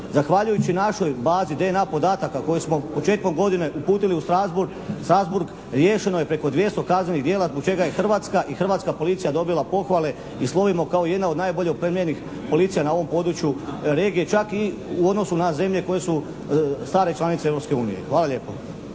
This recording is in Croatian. Zahvaljujući našoj bazi DNA podatka koju smo početkom godine uputili u Strasbourg riješeno je preko 200 kaznenih djela, zbog čega je Hrvatska i hrvatska policija dobila pohvale i slovima kao jedna od najbolje opremljenih policija na ovom području regije, čak i u odnosu na zemlje koje su stare članice Europske unije.